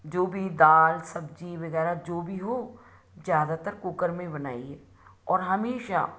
जो भी दाल सब्ज़ी वगैरह जो भी हो ज़्यादातर कुकर में ही बनाइए और हमेशा